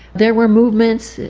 there were movements,